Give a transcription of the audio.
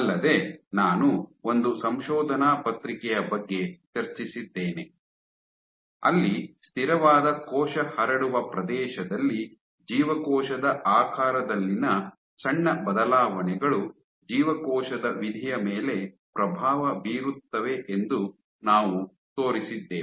ಅಲ್ಲದೆ ನಾನು ಒಂದು ಸಂಶೋಧನಾ ಪತ್ರಿಕೆಯ ಬಗ್ಗೆ ಚರ್ಚಿಸಿದ್ದೇನೆ ಅಲ್ಲಿ ಸ್ಥಿರವಾದ ಕೋಶ ಹರಡುವ ಪ್ರದೇಶದಲ್ಲಿ ಜೀವಕೋಶದ ಆಕಾರದಲ್ಲಿನ ಸಣ್ಣ ಬದಲಾವಣೆಗಳು ಜೀವಕೋಶದ ವಿಧಿಯ ಮೇಲೆ ಪ್ರಭಾವ ಬೀರುತ್ತವೆ ಎಂದು ನಾವು ತೋರಿಸಿದ್ದೇವೆ